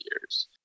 years